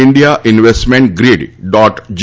India investment grid dot G